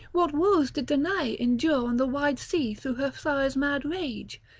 what woes did danae endure on the wide sea through her sire's mad rage!